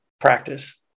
practice